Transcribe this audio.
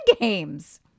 games